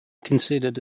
considered